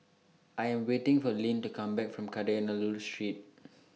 I Am waiting For Lynn to Come Back from Kadayanallur Street